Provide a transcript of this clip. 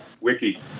Wiki